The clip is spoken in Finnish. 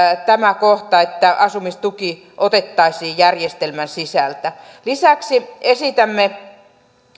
tämä kohta että asumistuki otettaisiin järjestelmän sisältä lisäksi esitämme